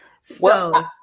So-